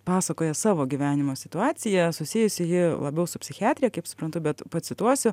pasakoja savo gyvenimo situaciją susijusi ji labiau su psichiatrija kaip suprantu bet pacituosiu